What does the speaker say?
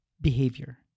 behavior